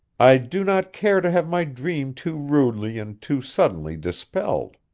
i do not care to have my dream too rudely and too suddenly dispelled.